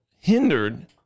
hindered